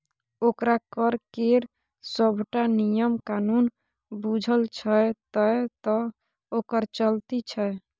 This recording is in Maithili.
ओकरा कर केर सभटा नियम कानून बूझल छै तैं तँ ओकर चलती छै